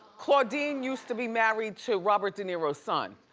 claudine used to be married to robert de niro's son.